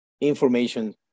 information